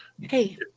hey